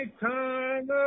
time